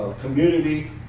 Community